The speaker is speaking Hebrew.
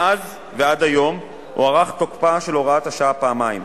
מאז ועד היום הוארך תוקפה של הוראת השעה פעמיים,